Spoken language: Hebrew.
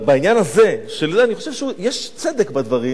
בעניין הזה, אני חושב שיש צדק בדברים,